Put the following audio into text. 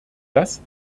das